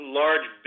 large